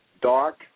Dark